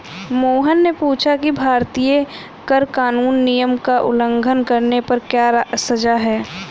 मोहन ने पूछा कि भारतीय कर कानून नियम का उल्लंघन करने पर क्या सजा है?